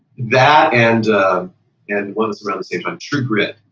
that and and once around the same time, true grit,